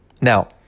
Now